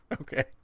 Okay